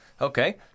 Okay